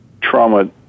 trauma